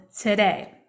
today